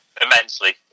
immensely